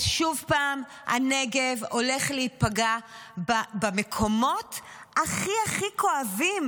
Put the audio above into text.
אז שוב, הנגב הולך להיפגע במקומות הכי הכי כואבים: